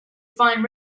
fine